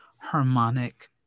harmonic